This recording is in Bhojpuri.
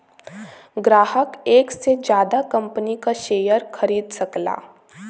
ग्राहक एक से जादा कंपनी क शेयर खरीद सकला